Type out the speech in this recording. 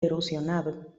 erosionado